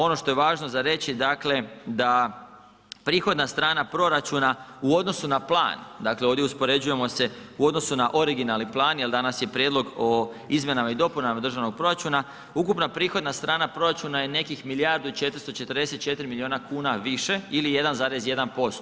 Ono što je važno za reći dakle da prihodna strana proračuna u odnosu na plan, dakle ovdje uspoređujemo se u odnosu na originalni plan jer danas je Prijedlog o izmjenama i dopunama državnog proračuna, ukupna prihodna strana proračuna je nekih milijardu i 444 milijuna kuna više ili 1,1%